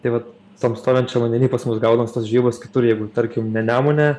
tai vat tam stovinčiam vandeny pas mus gaunas tos žvejybos kitur jeigu tarkim ne nemune